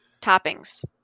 toppings